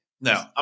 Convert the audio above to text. No